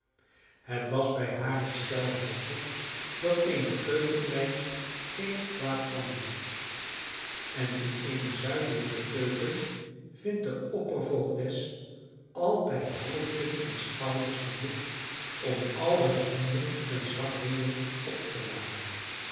het was bij haar een stelregel dat eene keukenmeid geen kwaad kan doen en in eene zuidelijke keuken vindt de oppervoogdes altijd hoofden en schouders genoeg om alle zonden en zwakheden op te laden